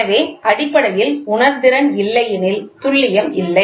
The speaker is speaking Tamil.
எனவே அடிப்படையில் உணர்திறன் இல்லை எனில் துல்லியம் இல்லை